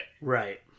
Right